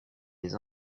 les